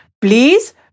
Please